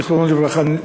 זיכרונו לברכה,